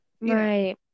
Right